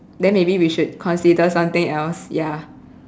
then maybe we should consider something else ya